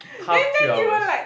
tough three hours